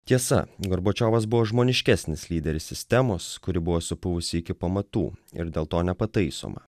tiesa gorbačiovas buvo žmoniškesnis lyderis sistemos kuri buvo supuvusi iki pamatų ir dėl to nepataisoma